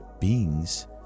beings